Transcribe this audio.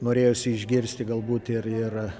norėjosi išgirsti galbūt ir ir